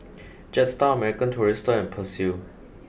Jetstar American Tourister and Persil